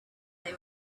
they